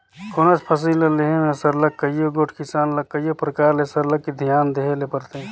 कोनोच फसिल ल लेहे में सरलग कइयो गोट किसान ल कइयो परकार ले सरलग धियान देहे ले परथे